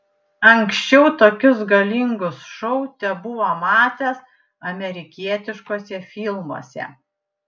anksčiau tokius galingus šou tebuvo matęs amerikietiškuose filmuose